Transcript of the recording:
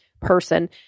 person